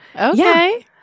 Okay